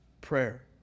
prayer